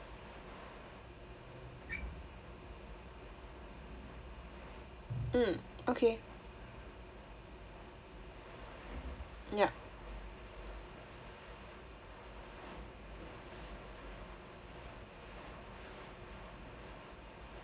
mm okay yup